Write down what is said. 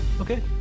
Okay